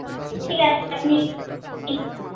ঠিক আছে আপনি আপনি